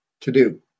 to-do